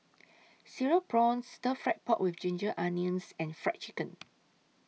Cereal Prawns Stir Fried Pork with Ginger Onions and Fried Chicken